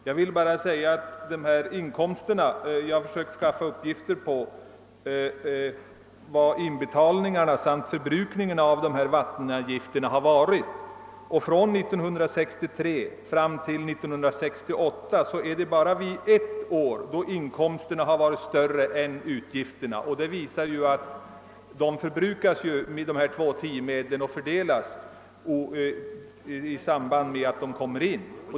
Jag har försökt skaffa uppgifter om vad inbetalningarna respektive förbrukningen av ifrågavarande avgifter uppgått till. Från 1963 fram till 1968 är det bara under ett år som inkomsterna varit större än utgifterna, och det visar att de här 2:10-medlen förbrukas i samma takt som de kommer in.